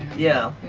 yeah.